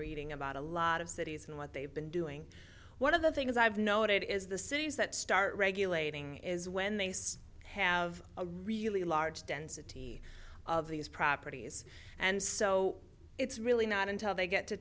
reading about a lot of cities and what they've been doing one of the things i've noted is the cities that start regulating is when they still have a really large density of these properties and so it's really not until they get to